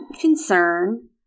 concern